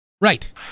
right